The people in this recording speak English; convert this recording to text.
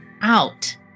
out